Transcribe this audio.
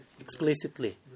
explicitly